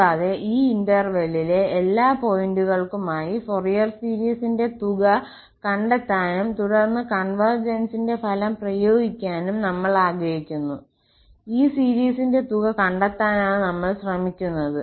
കൂടാതെ ഈ ഇന്റെർവെല്ലിലെ interval0 എല്ലാ പോയിന്റുകൾക്കുമായി ഫൊറിയർ സീരീസിന്റെ തുക കണ്ടെത്താനും തുടർന്ന് കോൺവെർജന്സിന്റെ ഫലം പ്രയോഗിക്കാനും നമ്മൾ ആഗ്രഹിക്കുന്നു ഈ സീരിസിന്റെ തുക കണ്ടെത്താനാണ് നമ്മൾ ശ്രമിക്കുന്നത്